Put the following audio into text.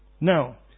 Now